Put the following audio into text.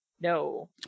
No